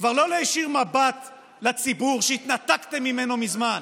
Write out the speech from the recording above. כבר לא להישיר מבט לציבור, שהתנתקתם ממנו מזמן?